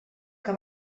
que